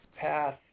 path